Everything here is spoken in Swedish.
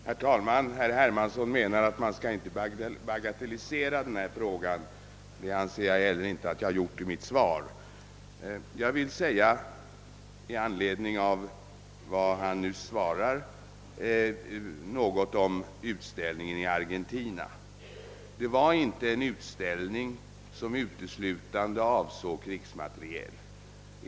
Herr talman! Herr Hermansson menar att man inte skall bagatellisera denna fråga. Det anser jag heller inte att jag gjort i mitt svar. I anledning av vad herr Hermansson anförde vill jag emellertid säga några ord om utställningen i Argentina. Det var inte en utställning som uteslutande avsåg krigsmateriel.